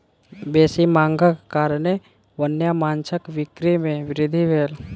बेसी मांगक कारणेँ वन्य माँछक बिक्री में वृद्धि भेल